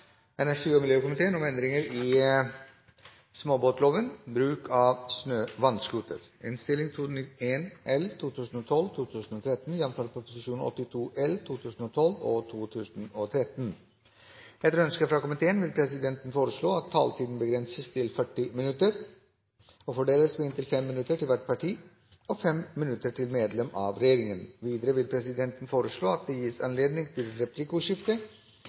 energi- og miljøkomiteen vil presidenten foreslå at taletiden begrenses til 40 minutter og fordeles med inntil 5 minutter til hvert parti og inntil 5 minutter til medlem av regjeringen. Videre vil presidenten foreslå at det gis anledning til replikkordskifte